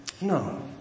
No